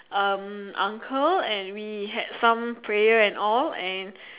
um uncle and we had some prayer and all and